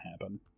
happen